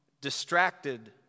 distracted